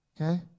Okay